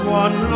one